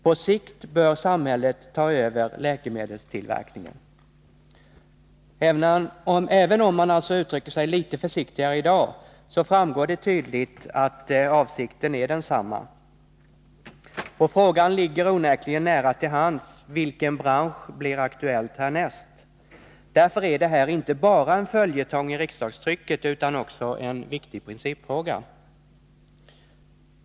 På sikt bör samhället ta över läkemedelstillverkningen.” Även om man alltså uttrycker sig litet försiktigare i dag framgår det tydligt att avsikten är densamma. Och frågan ligger onekligen nära till hands: Vilken bransch blir aktuell härnäst? Därför är det här inte bara en följetong i riksdagstrycket utan också en viktig principfråga.